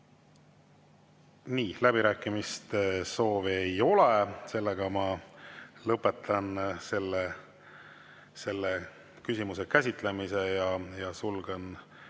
Nii, läbirääkimiste soovi ei ole. Ma lõpetan selle küsimuse käsitlemise ja sulgen